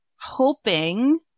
hoping